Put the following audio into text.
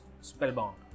spellbound